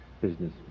business